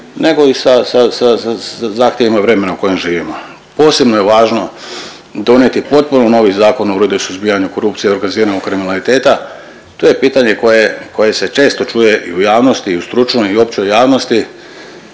nego i sa zahtjevima vremena u kojem živimo. Posebno je važno donijeti potpuno novi zakon o Uredu i suzbijanje korupcije i organiziranog kriminaliteta. To je pitanje koje se često čuje i u javnosti i u stručnoj i općoj javnosti.